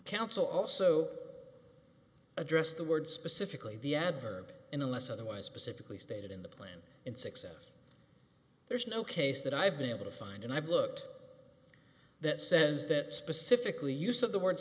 council also address the word specifically the adverb in unless otherwise specifically stated in the plan in success there's no case that i've been able to find and i've looked that says that specifically use of the word